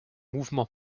mouvement